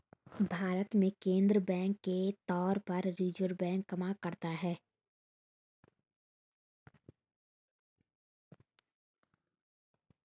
भारत में केंद्रीय बैंक के तौर पर रिज़र्व बैंक काम करता है